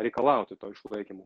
reikalauti to išlaikymo